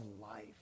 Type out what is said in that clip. life